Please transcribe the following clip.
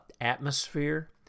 atmosphere